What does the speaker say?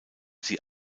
sie